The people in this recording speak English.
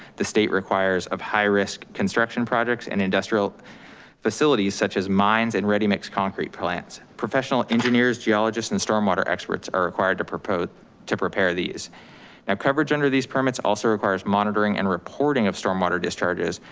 the state requires of high-risk construction projects and industrial facilities such as mines and ready mix concrete plants. professional engineers, geologists and stormwater experts are required to prepare to prepare these. now coverage under these permits also requires monitoring and reporting of stormwater discharges,